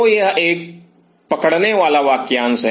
तो यह एक पकड़ने वाला वाक्यांश है